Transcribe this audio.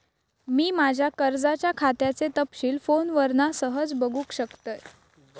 मी माज्या कर्जाच्या खात्याचे तपशील फोनवरना सहज बगुक शकतय